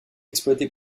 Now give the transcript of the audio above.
exploité